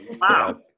wow